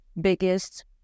biggest